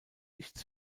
nichts